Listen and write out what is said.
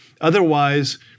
Otherwise